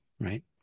right